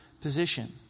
position